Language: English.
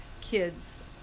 kids